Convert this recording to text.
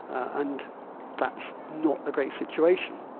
and that's not a great situation.